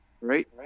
right